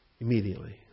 immediately